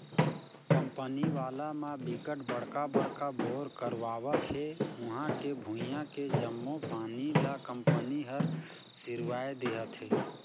company वाला म बिकट बड़का बड़का बोर करवावत हे उहां के भुइयां के जम्मो पानी ल कंपनी हर सिरवाए देहथे